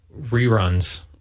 reruns